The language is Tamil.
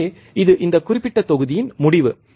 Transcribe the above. எனவே இது இந்தக் குறிப்பிட்ட தொகுதியின் முடிவு